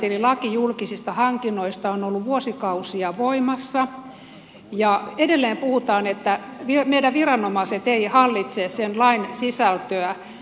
eli laki julkisista hankinnoista on ollut vuosikausia voimassa ja edelleen puhutaan että meidän viranomaiset eivät hallitse sen lain sisältöä